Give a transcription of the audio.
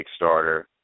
Kickstarter